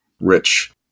rich